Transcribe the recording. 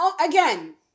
again